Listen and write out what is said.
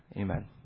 Amen